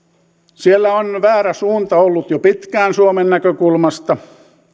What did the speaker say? siellä on ollut väärä suunta jo pitkään suomen näkökulmasta